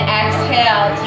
exhale